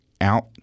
out